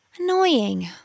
annoying